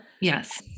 Yes